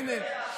הינה,